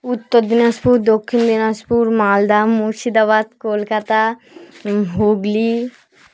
Uttar Dinajpur Dakshin Dinajpur Malda Murshidabad Kolkata Hooghly